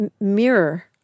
mirror